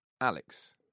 Alex